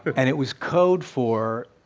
and it was code for,